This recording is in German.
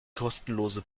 kostenlose